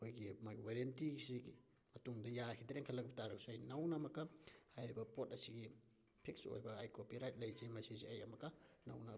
ꯑꯩꯈꯣꯏꯒꯤ ꯃꯥꯒꯤ ꯋꯔꯦꯟꯇꯤ ꯑꯁꯤꯒꯤ ꯃꯇꯨꯡꯗ ꯌꯥꯈꯤꯗ꯭ꯔꯦꯅ ꯈꯜꯂꯛꯄ ꯇꯥꯔꯒꯁꯨ ꯑꯩ ꯅꯧꯅ ꯑꯃꯨꯛꯀ ꯍꯥꯏꯔꯤꯕ ꯄꯣꯠ ꯑꯁꯤꯒꯤ ꯐꯤꯛꯁ ꯑꯣꯏꯕ ꯑꯩ ꯀꯣꯄꯤꯔꯥꯏꯠ ꯂꯩꯖꯩ ꯃꯁꯤꯁꯦ ꯑꯩ ꯑꯃꯨꯛꯀ ꯅꯧꯅ